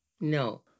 No